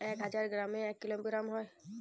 এক হাজার গ্রামে এক কিলোগ্রাম হয়